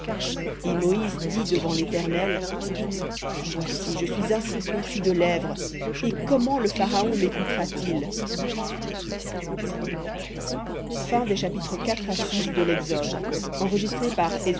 et moïse dit devant l'éternel voici je suis incirconcis de lèvres et comment le pharaon mécoutera t il